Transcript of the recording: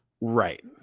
Right